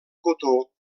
cotó